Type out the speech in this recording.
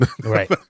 Right